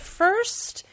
first